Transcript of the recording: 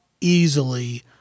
easily